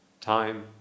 time